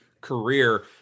career